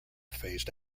phased